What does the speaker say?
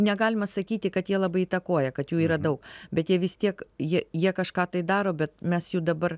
negalima sakyti kad jie labai įtakoja kad jų yra daug bet jie vis tiek jie jie kažką tai daro bet mes jų dabar